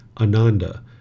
Ananda